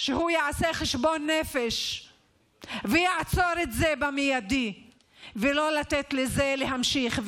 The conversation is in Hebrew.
שהוא יעשה חשבון נפש ויעצור את זה מיידית ולא ייתן לזה להימשך.